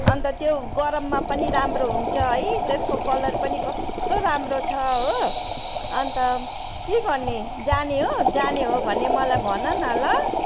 अन्त त्यो गरममा पनि राम्रो हुन्छ है त्यसको कलर पनि कस्तो राम्रो छ हो अन्त के गर्ने जाने हो जाने हो भने मलाई भन न ल